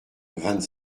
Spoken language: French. vingt